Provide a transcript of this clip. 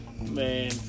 man